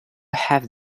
have